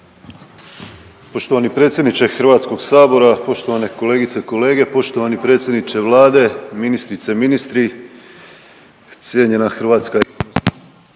Poštovani predsjedniče Hrvatskog sabora, poštovane kolegice i kolege, poštovani predsjedniče vlade, ministrice, ministri, cijenjena Hrvatska,